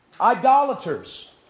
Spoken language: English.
Idolaters